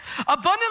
Abundantly